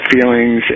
feelings